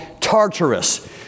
Tartarus